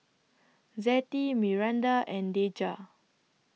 Zettie Miranda and Deja